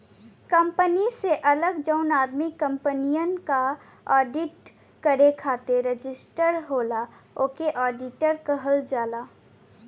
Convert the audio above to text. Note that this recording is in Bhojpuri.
कंपनी से अलग जौन आदमी कंपनियन क आडिट करे खातिर रजिस्टर होला ओके आडिटर कहल जाला